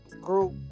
group